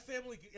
Family